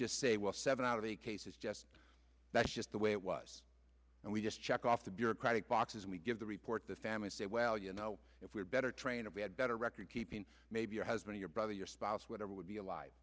just say well seven out of a case is just that's just the way it was and we just check off the bureaucratic boxes we give the report the families say well you know if we're better trained we had better recordkeeping maybe your husband your brother your spouse whatever would be alive